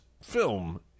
film